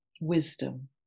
wisdom